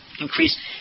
increase